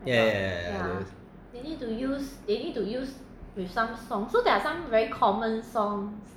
yeah yeah yeah yeah yeah